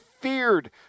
feared